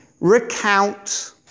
recount